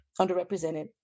underrepresented